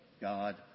God